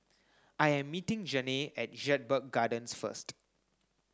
I am meeting Janae at Jedburgh Gardens first